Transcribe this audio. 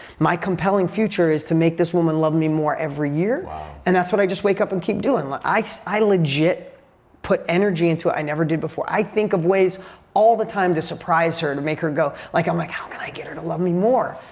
my compelling future is to make this woman love me more every year and that's what i just wake up and keep doing. like i i legit put energy into it, i never did before. i think of ways all the time to surprise her, to and make her go. like, i'm like, how can i get her to love me more?